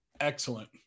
Excellent